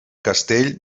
castell